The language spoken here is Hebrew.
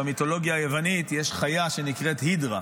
במיתולוגיה היוונית יש חיה שנקראת הידרה,